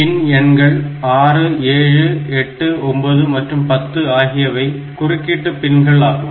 பின் எண்கள் 6 7 8 9 மற்றும் 10 ஆகிவை குறுக்கீடு பின்கள் ஆகும்